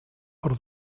per